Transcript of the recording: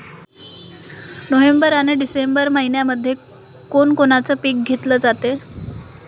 November अन December मइन्यामंधी कोण कोनचं पीक घेतलं जाते?